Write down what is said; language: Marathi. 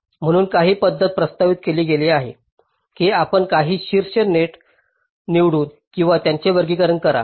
म्हणून काही पद्धत प्रस्तावित केली गेली आहे की आपण काही शीर्ष नेट निवडून किंवा त्यांचे वर्गीकरण करा